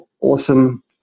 awesome